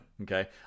okay